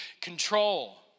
control